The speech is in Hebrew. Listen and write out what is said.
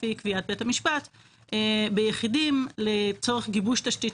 לפי קביעת בית המשפט ביחידים לצורך גיבוש תשתית